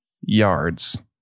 yards